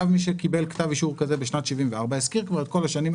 מי שקיבל כתב אישור כזה בשנת 1974 ישכיר כבר את כל השנים האלה.